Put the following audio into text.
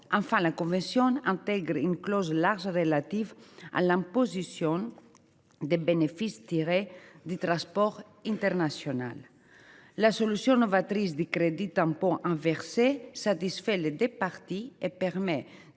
Enfin, la convention intègre une clause large relative à l’imposition des bénéfices tirés du transport international. La solution novatrice du crédit d’impôt inversé satisfait les deux parties et permet